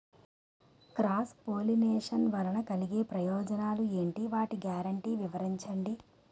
Cross pollination వలన కలిగే ప్రయోజనాలు ఎంటి? వాటి గ్యారంటీ వివరించండి?